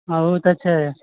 उऽ तऽ छै